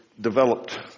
developed